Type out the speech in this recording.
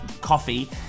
coffee